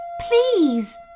please